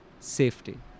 Safety